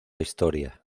historia